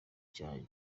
cya